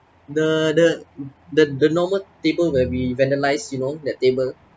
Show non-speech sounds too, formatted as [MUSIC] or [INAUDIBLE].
the the [NOISE] the the normal table where we vandalise you know that table